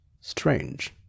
strange